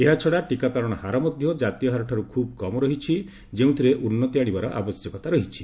ଏହାଛଡ଼ା ଟିକାକରଣ ହାର ମଧ୍ୟ ଜାତୀୟ ହାରଠାର୍ ଖୁବ୍ କମ୍ ରହିଛି ଯେଉଁଥିରେ ଉନ୍ନତି ଆଣିବାର ଆବଶ୍ୟକତା ରହିଛି